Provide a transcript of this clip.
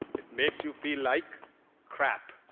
it makes you feel like crap.